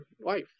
wife